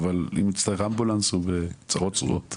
אבל אם הוא יצטרך אמבולנס הוא בצרות צרורות.